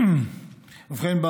ובכן,